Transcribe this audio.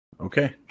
Okay